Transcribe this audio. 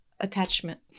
attachment